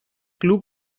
club